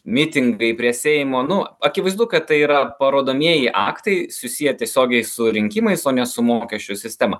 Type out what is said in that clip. mitingai prie seimo nu akivaizdu kad tai yra parodomieji aktai susiję tiesiogiai su rinkimais o ne su mokesčių sistema